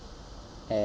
and